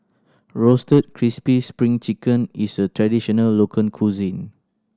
Roasted Crispy Spring Chicken is a traditional local cuisine